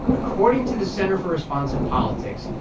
according to the center for responsive politics,